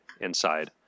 inside